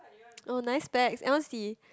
oh nice specs I want see